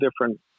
different